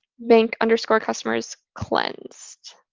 bank and so customers cleansed.